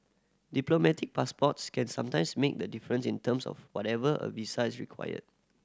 diplomatic passports can sometimes make the difference in terms of whether a visa is required